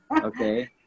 Okay